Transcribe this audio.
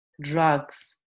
drugs